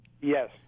Yes